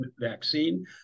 vaccine